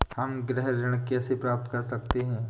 हम गृह ऋण कैसे प्राप्त कर सकते हैं?